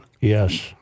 Yes